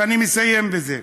ואני מסיים בזה: